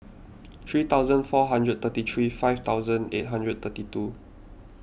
three thousand four hundred forty three five thousand eight hundred thirty two